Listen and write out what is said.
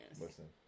Listen